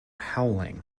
howling